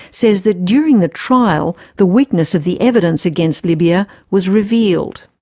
says that during the trial the weakness of the evidence against libya was revealed.